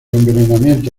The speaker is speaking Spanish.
envenenamiento